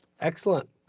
Excellent